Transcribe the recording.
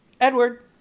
Edward